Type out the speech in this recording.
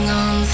on